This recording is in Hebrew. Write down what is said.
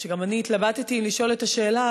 גם אני התלבטתי אם לשאול את השאלה,